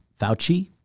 Fauci